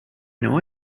know